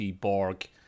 Borg